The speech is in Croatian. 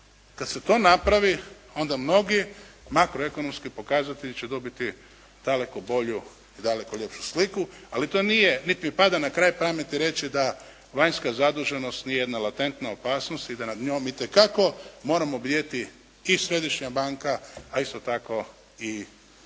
Kad se to napravi onda mnogi makro ekonomski pokazatelji će dobiti daleko bolju i daleko ljepšu sliku. Ali to nije, niti mi pada na kraj pameti reći da vanjska zaduženost nije latentna opasnosti da nad njom itekako moramo bdjeti i Središnja banka, a isto tako i Vlada